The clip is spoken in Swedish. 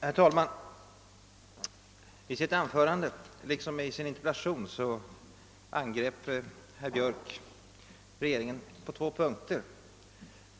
Herr talman! I sitt anförande liksom i interpellationen angrep herr Björck regeringen på två punkter.